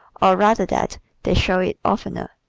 or rather that they show it oftener,